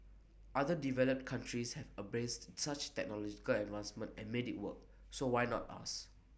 other developed countries have embraced such technological advancements and made IT work so why not us